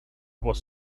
was